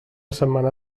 setmana